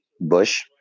Bush